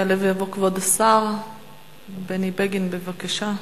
יעלה ויבוא כבוד השר בני בגין, בבקשה.